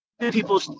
People